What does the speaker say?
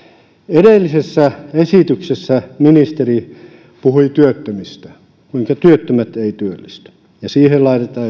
edellisessä esityksessä ministeri puhui työttömistä että työttömät eivät työllisty ja siihen laitetaan